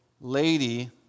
lady